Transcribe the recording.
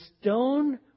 stone